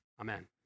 Amen